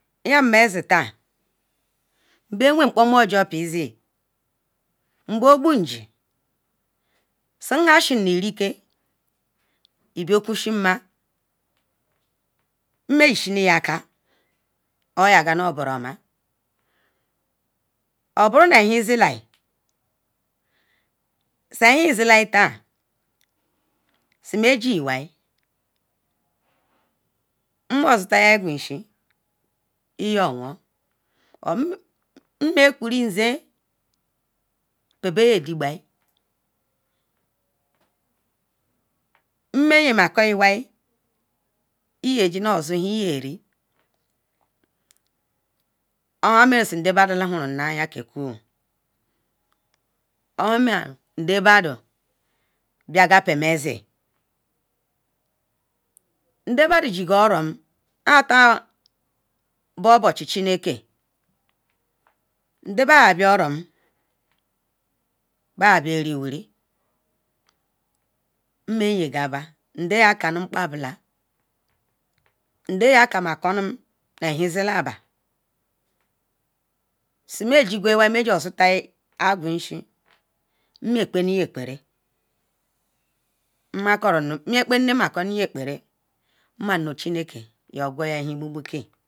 iyam mensi tan nben wem nkpojor kpa isa mbobu njin pal nhan ishiniri ken mmeyishinu yaka oyoboro ma obonru nu aheri zila si meji iwai mme ishinika mmozotal agumishi iyo won mme yinmako iwai iyejizuru nhan iyerio han merun alebadonji ga oromom ohan ndabo an tan bo obochi chineke ba ya bia orom biariwiri rmeyegaba ndeyakanu nukpabo ra nda yaka nu ehensi laba simejigual iwai ijiosu agumisi mme kpann yin ekparal mmanu mekpanaya kpara chinake yookwo ehen l gbubuke